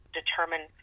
determine